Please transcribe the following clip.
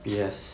P_S